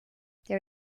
there